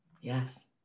yes